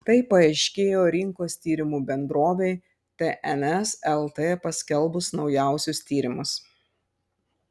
tai paaiškėjo rinkos tyrimų bendrovei tns lt paskelbus naujausius tyrimus